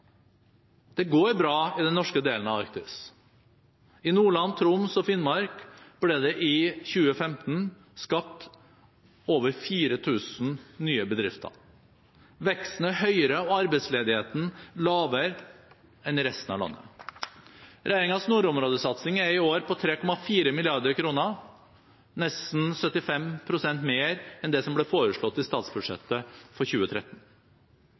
Det går bra i den norske delen av Arktis. I Nordland, Troms og Finnmark ble det i 2015 skapt over 4 000 nye bedrifter. Veksten er høyere og arbeidsledigheten lavere enn i resten av landet. Regjeringens nordområdesatsing er i år på 3,4 mrd. kr, nesten 75 pst. mer enn det som ble foreslått i statsbudsjettet for 2013.